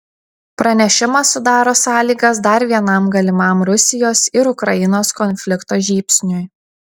pranešimas sudaro sąlygas dar vienam galimam rusijos ir ukrainos konflikto žybsniui